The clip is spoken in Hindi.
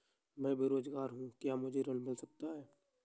मैं बेरोजगार हूँ क्या मुझे ऋण मिल सकता है?